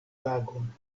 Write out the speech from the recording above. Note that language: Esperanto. lagon